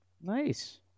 Nice